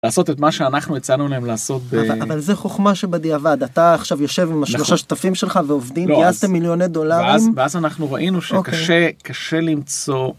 לעשות את מה שאנחנו הצענו להם לעשות ב... אבל זה חוכמה שבדיעבד, אתה עכשיו יושב עם 3 שותפים שלך ועובדים, גייסתם 10 מיליוני דולרים... ואז אנחנו ראינו שקשה קשה למצוא.